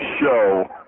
show